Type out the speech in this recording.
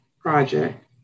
project